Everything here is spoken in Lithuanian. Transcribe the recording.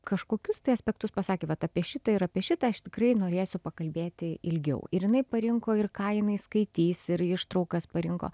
kažkokius tai aspektus pasakė vat apie šitą ir apie šitą aš tikrai norėsiu pakalbėti ilgiau ir jinai parinko ir ką jinai skaitys ir ištraukas parinko